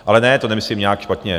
Ale ne, to nemyslím nějak špatně.